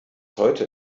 heute